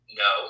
no